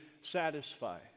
satisfy